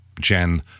Jen